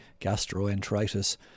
gastroenteritis